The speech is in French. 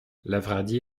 lavradi